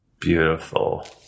Beautiful